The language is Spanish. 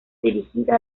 dirigida